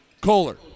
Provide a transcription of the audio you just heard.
Kohler